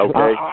Okay